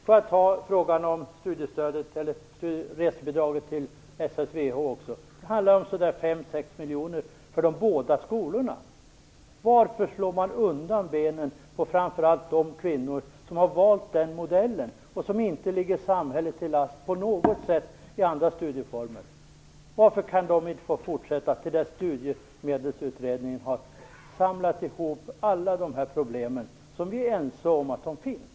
Låt mig ta upp frågan om resebidraget till SSV också. Det handlar om 5-6 miljoner för de skolorna. Varför slår man undan benen på framför allt de kvinnor som har valt den modellen och som inte på något sätt ligger samhället till last i andra studieformer? Varför kan de inte få fortsätta till dess Studiemedelsutredningen har samlat ihop alla dessa problem? Vi är ju ense om att de finns.